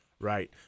Right